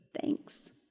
Thanks